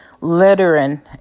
littering